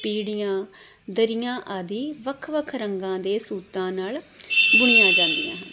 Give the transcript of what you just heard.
ਪੀੜ੍ਹੀਆਂ ਦਰੀਆਂ ਆਦਿ ਵੱਖ ਵੱਖ ਰੰਗਾਂ ਦੇ ਸੂਤਾਂ ਨਾਲ ਬੁਣੀਆ ਜਾਂਦੀਆਂ ਹਨ